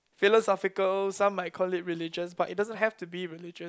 philosophical some might call it religious but it doesn't have to be religious